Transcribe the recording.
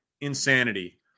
insanity